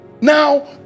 Now